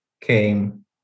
came